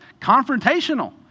confrontational